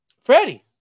Freddie